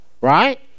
right